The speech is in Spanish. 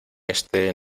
este